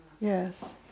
yes